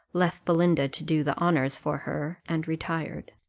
left belinda to do the honours for her, and retired.